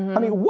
i mean,